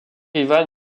ivan